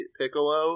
piccolo